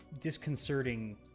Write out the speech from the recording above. disconcerting